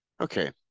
Okay